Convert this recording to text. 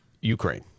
Ukraine